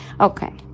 Okay